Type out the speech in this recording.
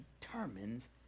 determines